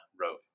wrote